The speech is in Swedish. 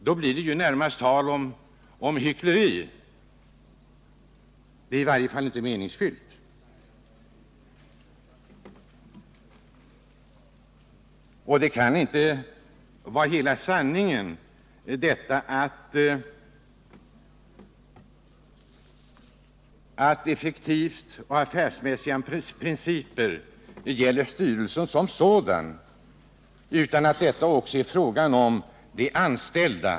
Då blir det närmast hyckleri, och det är i varje fall inte meningsfyllt. Det kan inte vara hela sanningen att orden ”effektivt och med iakttagande av affärsmässiga principer” gäller bara styrelsen som sådan, utan det måste också gälla de anställda.